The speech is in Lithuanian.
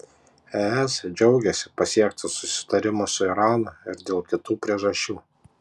es džiaugiasi pasiektu susitarimu su iranu ir dėl kitų priežasčių